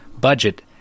Budget